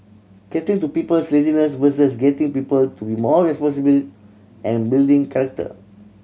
catering to people's laziness versus getting people to be more responsible and building character